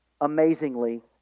amazingly